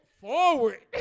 forward